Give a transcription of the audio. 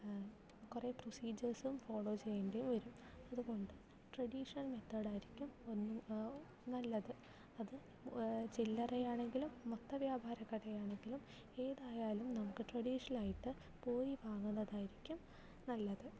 കുറെ പ്രൊസീജിയേർസും ഫോളോ ചെയ്യേണ്ടി വരും അതുകൊണ്ട് ട്രഡീഷണൽ മെത്തേഡായിരിക്കും ഒന്നു നല്ലത് അത് ചില്ലറയാണെങ്കിലും മൊത്ത വ്യാപാര കടയാണെങ്കിലും ഏതായാലും നമുക്ക് ട്രഡീഷണലായിട്ട് പോയി വാങ്ങുന്നതായിരിക്കും നല്ലത്